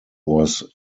was